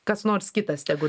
kas nors kitas tegu